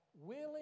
Willing